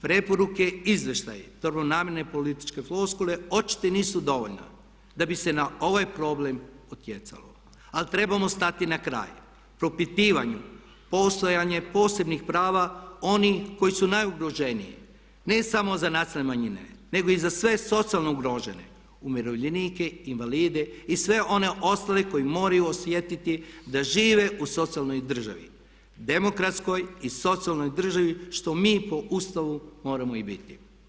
Preporuke, izvještaji, dobro namjerne političke floskule očito nisu dovoljne da bi se na ovaj problem utjecalo ali trebamo stati na kraj propitivanju, postojanje posebnih prava onih koji su najugroženiji, ne samo za nacionalne manjine nego i za sve socijalno ugrožene, umirovljenike, invalide i sve one ostale koji moraju osjetiti da žive u socijalnoj državi, demokratskoj i socijalnoj državi što mi po Ustavu moramo i biti.